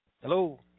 Hello